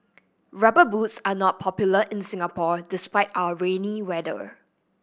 Rubber Boots are not popular in Singapore despite our rainy weather